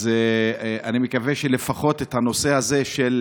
אז אני מקווה שלפחות את הנושא הזה של